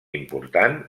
important